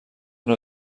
نوع